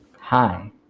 Hi